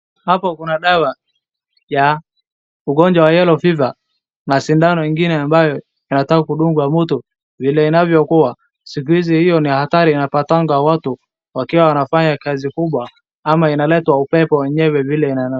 Hapa kuna dawa ya ugonjwa wa yellow fever na sindano ingine ambayo inataka kudungwa mtu. Vile inavyo kuwa siku hizi hiyo ni hatari inapatanga watu wakiwa wanafanya kazi kubwa ama inaletwa upepo yenyewe.